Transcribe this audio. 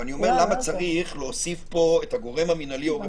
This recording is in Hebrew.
אבל אני שואל למה צריך להוסיף פה את הגורם המנהלי או הרפואי,